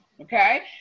Okay